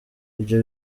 ibyo